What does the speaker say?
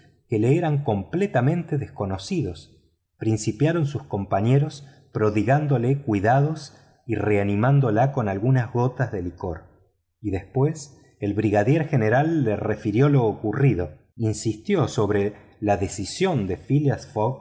que le eran completamente desconocidos principiaron sus compañeros prodigándole cuidados y reanimándola con algunas gotas de licor y después el brigadier general le refirió lo ocurrido insistió sobre la decisión de phileas